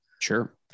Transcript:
Sure